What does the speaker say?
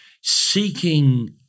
seeking